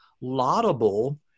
laudable